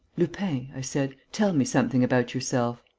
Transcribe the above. lupin, i said, tell me something about yourself.